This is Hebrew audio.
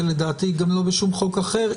ולדעתי גם לא בשום חוק אחר,